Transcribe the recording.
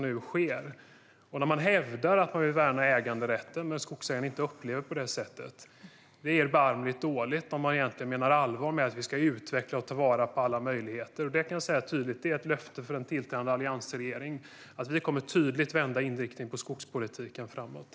Att hävda att man vill värna äganderätten - men skogsägarna upplever det inte så - är erbarmligt dåligt om man menar allvar med att vi ska utveckla och ta vara på alla möjligheter. Det är ett löfte för en tillträdande alliansregering att vi tydligt kommer att vända inriktningen på skogspolitiken framåt.